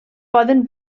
poden